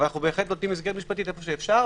אבל אנחנו בהחלט נותנים מסגרת משפטית איפה שאפשר.